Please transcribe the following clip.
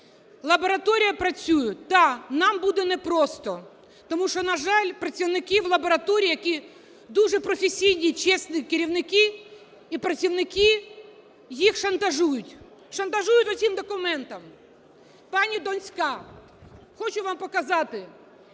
Лабораторія працює. Так, нам буде непросто. Тому що, на жаль, працівників лабораторії, які дуже професійні і чесні керівники і працівники, їх шантажують. Шантажують оцим документом. Пані Донська, хочу вам показати.